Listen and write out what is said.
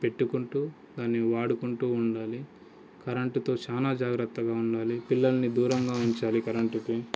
పెట్టుకుంటూ దాన్ని వాడుకుంటూ ఉండాలి కరెంట్తో చాలా జాగ్రత్తగా ఉండాలి పిల్లల్ని దూరంగా ఉంచాలి కరెంట్కి